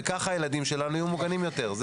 וכך הילדים שלנו יהיו מוגנים יותר.